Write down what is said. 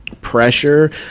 pressure